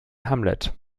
hamlet